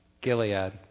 Gilead